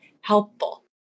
helpful